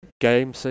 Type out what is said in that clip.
game